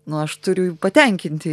nu aš turiu patenkinti